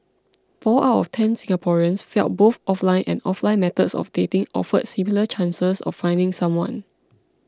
four out of ten Singaporeans felt both offline and offline methods of dating offered similar chances of finding someone